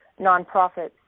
nonprofits